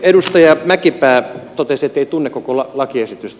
edustaja mäkipää totesi ettei tunne koko lakiesitystä